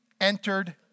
entered